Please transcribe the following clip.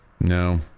No